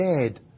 dead